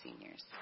seniors